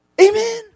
Amen